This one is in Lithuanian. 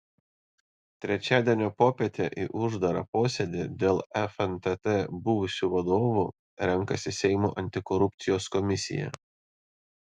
trečiadienio popietę į uždarą posėdį dėl fntt buvusių vadovų renkasi seimo antikorupcijos komisija